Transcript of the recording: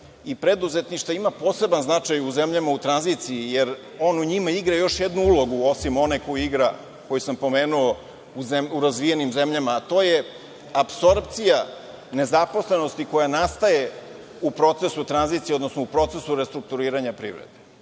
i preduzetništva ima poseban značaj u zemljama u tranziciji, jer on u njima igra još jednu ulogu osim one koju igra, koju sam pomenuo u razvijenim zemljama, a to je apsorpcija nezaposlenosti koja nastaje u procesu tranzicije, odnosno u procesu restrukturiranja privrede. Zaista,